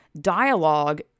dialogue